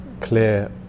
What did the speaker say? clear